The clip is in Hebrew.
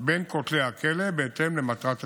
בין כותלי הכלא, בהתאם למטרת התיקון.